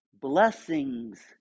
blessings